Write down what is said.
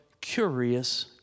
curious